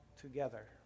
together